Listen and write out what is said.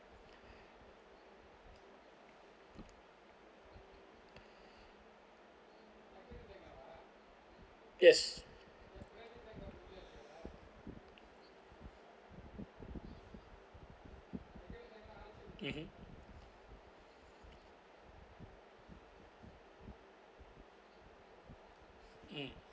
yes (uh huh) mm